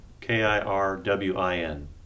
K-I-R-W-I-N